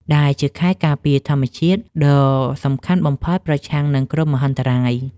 ដែលជាខែលការពារធម្មជាតិដ៏សំខាន់បំផុតប្រឆាំងនឹងគ្រោះមហន្តរាយ។